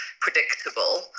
predictable